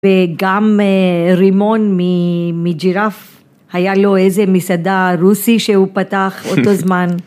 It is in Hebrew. וגם רימון מג'ירף היה לו איזה מסעדה רוסי שהוא פתח אותו זמן.